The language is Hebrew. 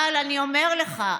אבל אני אומר לך,